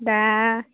दा